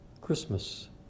Christmas